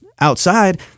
outside